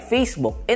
Facebook